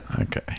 okay